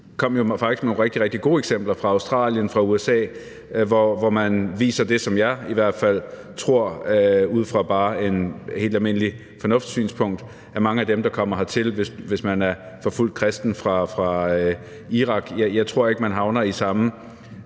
kom jo faktisk med nogle rigtig, rigtig gode eksempler fra Australien og fra USA, som viser det, som jeg i hvert fald ud fra bare et helt almindeligt fornuftssynspunkt tror gælder i forhold til mange af dem, der kommer hertil som forfulgte kristne fra Irak. Jeg tror ikke, man som